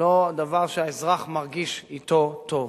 לא דבר שהאזרח מרגיש אתו טוב.